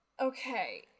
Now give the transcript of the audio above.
Okay